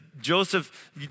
Joseph